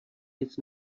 nic